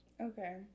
Okay